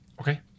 Okay